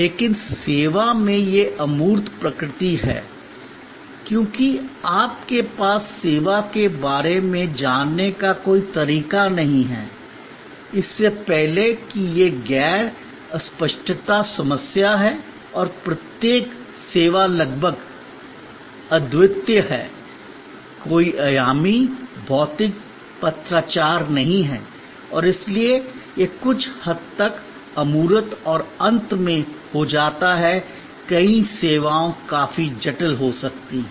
लेकिन सेवा में यह अमूर्त प्रकृति है क्योंकि आपके पास सेवा के बारे में जानने का कोई तरीका नहीं है इससे पहले कि यह गैर अस्पष्टता समस्या है और प्रत्येक सेवा लगभग अद्वितीय है कोई आयामी भौतिक पत्राचार नहीं है और इसलिए यह कुछ हद तक अमूर्त और अंत में हो जाता है कई सेवाएं काफी जटिल हो सकती हैं